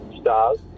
Stars